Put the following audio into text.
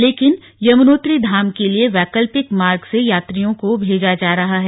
लेकिन यमुनोत्री धाम के लिए वैकल्पिक मार्ग से यात्रियों को भेजा जा रहा है